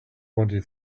wanted